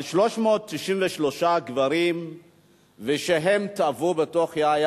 על 363 גברים שטבעו בים.